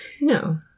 No